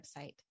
website